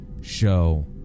show